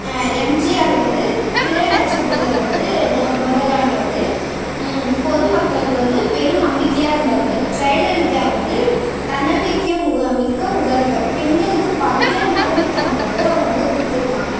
எம்ஜிஆர் வந்து திரை நட்சத்தில் வந்து மொ முதலானவரு பொதுமக்களுக்கு வந்து பெரும் நம்பிக்கையாக இருந்தவர் ஜெயலலிதா வந்து தன்னம்பிக்கை மிக்க முதல்வர் பெண்களுக்கு பல்வேறு நலத்திட்டங்கள் வந்து அவங்க வந்து கொடுத்துருக்காங்க